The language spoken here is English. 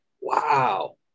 Wow